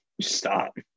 Stop